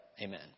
Amen